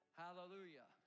hallelujah